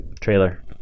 trailer